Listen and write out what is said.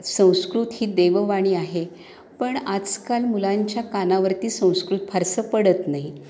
संस्कृत ही देववाणी आहे पण आजकाल मुलांच्या कानावरती संस्कृत फारसं पडत नाही